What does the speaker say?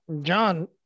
John